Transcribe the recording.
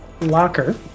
locker